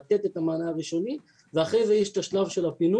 לתת את המענה הראשוני ואחרי זה יש את השלב של הפינוי